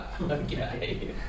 Okay